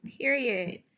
period